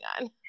on